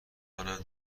منم